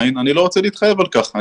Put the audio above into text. אני לא רוצה להתחייב על כך.